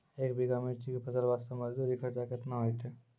एक बीघा मिर्ची के फसल वास्ते मजदूरी खर्चा केतना होइते?